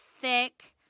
thick